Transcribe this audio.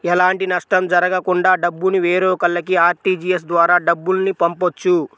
ఎలాంటి నష్టం జరగకుండా డబ్బుని వేరొకల్లకి ఆర్టీజీయస్ ద్వారా డబ్బుల్ని పంపొచ్చు